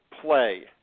play